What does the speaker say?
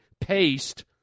paste